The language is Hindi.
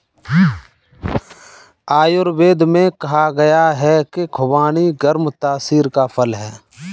आयुर्वेद में कहा गया है कि खुबानी गर्म तासीर का फल है